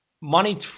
money